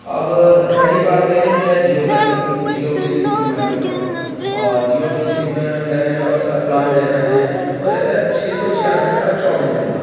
اب رہی بات میری میں جیو کا سم جیو کے سم استعمال کرتا ہوں اور جیو کے سم میں میرا جو اکثر پلان رہتا ہے وہ رہتا ہے چھ سو چھیاسٹھ کا چوبیس دن کا